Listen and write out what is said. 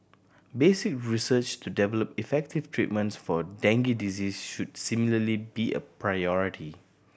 basic research to develop effective treatments for dengue disease should similarly be a priority